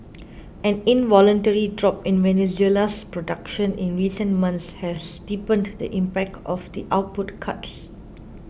an involuntary drop in Venezuela's production in recent months has deepened the impact of the output cuts